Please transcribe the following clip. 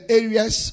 areas